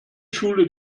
schule